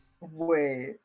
Wait